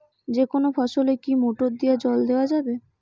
যেকোনো ফসলে কি মোটর দিয়া জল দেওয়া যাবে?